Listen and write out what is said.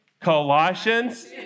Colossians